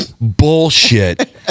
bullshit